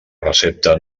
recepta